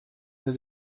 into